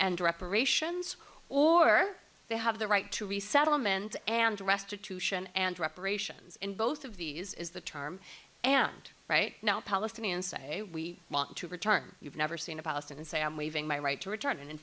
and reparations or they have the right to resettlement and restitution and reparations in both of these is the term and right now palestinians say we want to return you've never seen a palestinian say i'm leaving my right to return and in